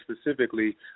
specifically